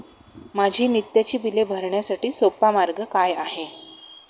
माझी नित्याची बिले भरण्यासाठी सोपा मार्ग काय आहे?